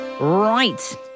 Right